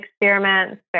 experiments